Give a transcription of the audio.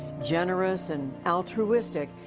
generous and altruistic,